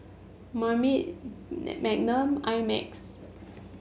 Marmite Magnum I Max